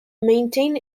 maintain